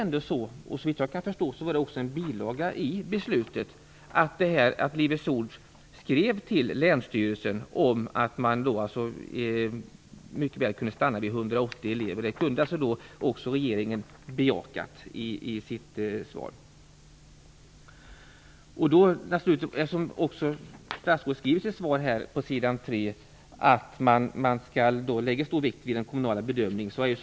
Såvitt jag förstår var det också en bilaga till beslutet, där Livets Ord skrev till länsstyrelsen att man mycket väl kunde stanna vid 180 elever. Det hade regeringen också kunnat bejaka i sitt svar. I statsrådets svar, s. 3, står det att man lägger stor vikt vid den kommunala bedömningen.